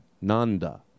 Nanda